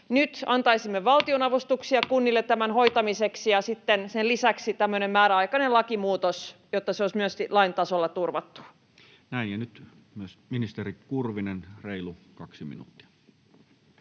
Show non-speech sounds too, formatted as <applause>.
nyt antaisimme valtionavustuksia <noise> kunnille tämän hoitamiseksi, ja sitten sen lisäksi tehtäisiin tämmöinen määräaikainen lakimuutos, jotta se olisi myös lain tasolla turvattu. Näin. — Ja nyt myös ministeri Kurvinen, reilu kaksi minuuttia.